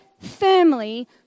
firmly